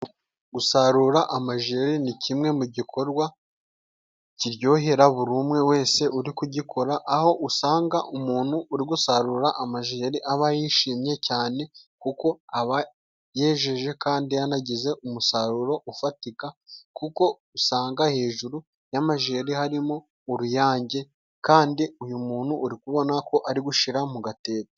Gusarura amajeri ni kimwe mu gikorwa kiryohera buri umwe wese uri kugikora, aho usanga umuntu uri gusarura amajeri aba yishimye cyane, kuko aba yejeje kandi anagize umusaruro ufatika, kuko usanga hejuru y'amajeri harimo uruyange kandi uyu muntu uri kubona ko ari gushira mu gatebo.